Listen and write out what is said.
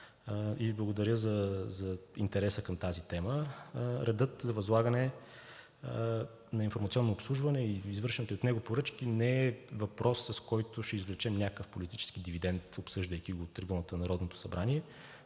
и благодаря за интереса към тази тема. Редът за възлагане на „Информационно обслужване“ и извършените от него поръчки не е въпрос, с който ще извлечем някакъв политически дивидент, обсъждайки го от трибуната на Народното събрание,